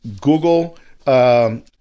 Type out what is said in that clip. Google